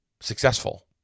successful